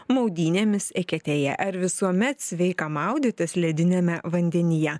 maudynėmis eketėje ar visuomet sveika maudytis lediniame vandenyje